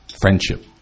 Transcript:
friendship